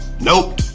Nope